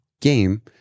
game